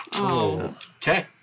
Okay